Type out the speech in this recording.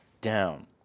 down